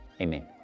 Amen